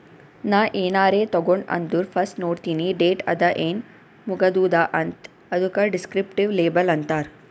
ನಾ ಏನಾರೇ ತಗೊಂಡ್ ಅಂದುರ್ ಫಸ್ಟ್ ನೋಡ್ತೀನಿ ಡೇಟ್ ಅದ ಏನ್ ಮುಗದೂದ ಅಂತ್, ಅದುಕ ದಿಸ್ಕ್ರಿಪ್ಟಿವ್ ಲೇಬಲ್ ಅಂತಾರ್